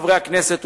חברי הכנסת,